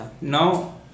Now